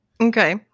Okay